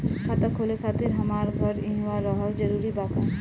खाता खोले खातिर हमार घर इहवा रहल जरूरी बा का?